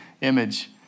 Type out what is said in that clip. image